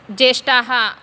ज्येष्ठाः